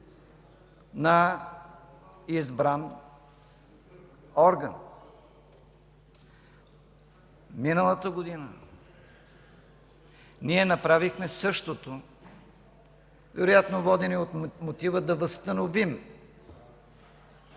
на избран орган. Миналата година ние направихме същото, вероятно водени от мотива да възстановим